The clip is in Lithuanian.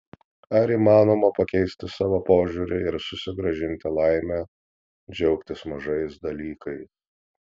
ar įmanoma pakeisti savo požiūrį ir susigrąžinti laimę džiaugtis mažais dalykais